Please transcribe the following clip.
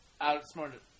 Outsmarted